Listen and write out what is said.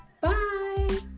bye